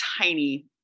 tiny